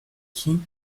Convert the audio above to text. qui